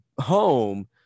home